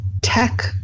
tech